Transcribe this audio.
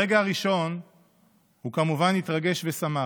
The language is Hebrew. ברגע הראשון הוא כמובן התרגש ושמח,